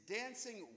dancing